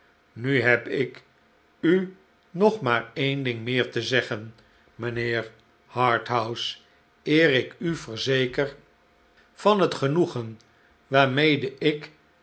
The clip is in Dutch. nu heb ik u nog maar e'en ding meer te zeggen mijnheer harthouse eer ik u verzeker van het genoegen waarmede ik